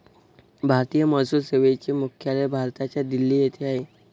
भारतीय महसूल सेवेचे मुख्यालय भारताच्या दिल्ली येथे आहे